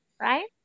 right